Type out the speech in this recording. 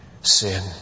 sin